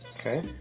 Okay